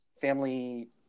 family